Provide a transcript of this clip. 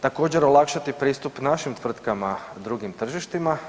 Također olakšati pristup našim tvrtkama drugim tržištima.